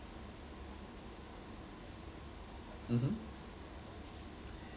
mmhmm